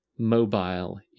mobile